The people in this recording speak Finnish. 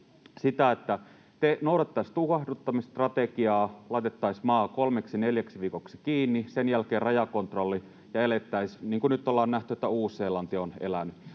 noudattaisitte tukahduttamisstrategiaa, laitettaisiin maa kolmeksi neljäksi viikoksi kiinni ja sen jälkeen rajakontrolli ja elettäisiin niin kuin nyt ollaan nähty, että Uusi-Seelanti on elänyt.